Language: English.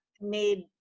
made